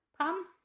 Pam